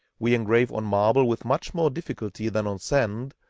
we engrave on marble with much more difficulty than on sand,